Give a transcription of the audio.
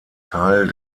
teil